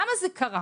למה זה קרה?